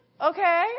Okay